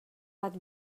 bat